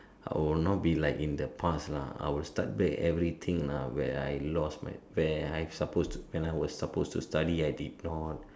I'll not be like in the past lah I'll start back everything lah where I lost my I supposed when I was supposed to study I did not